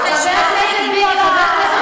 חבר הכנסת גואטה,